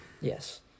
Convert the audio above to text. yes